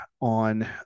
on